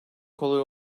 kolay